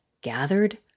gathered